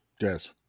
Yes